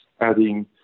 adding